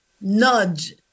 nudge